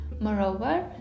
Moreover